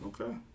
Okay